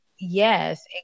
Yes